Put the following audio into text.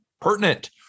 pertinent